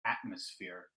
atmosphere